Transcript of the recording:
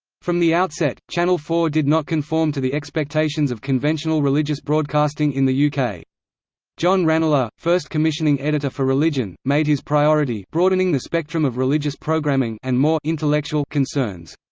from the outset, channel four did not conform to the expectations of conventional religious broadcasting in the yeah uk. john ranelagh, first commissioning editor for religion, made his priority broadening the spectrum of religious programming and more intellectual concerns.